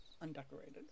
undecorated